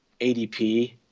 ADP